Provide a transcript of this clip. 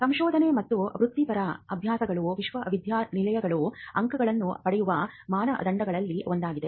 ಸಂಶೋಧನೆ ಮತ್ತು ವೃತ್ತಿಪರ ಅಭ್ಯಾಸಗಳು ವಿಶ್ವವಿದ್ಯಾನಿಲಯಗಳು ಅಂಕಗಳನ್ನು ಪಡೆಯುವ ಮಾನದಂಡಗಳಲ್ಲಿ ಒಂದಾಗಿದೆ